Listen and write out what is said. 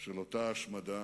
של אותה השמדה,